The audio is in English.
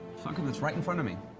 fucker that's right in front of me.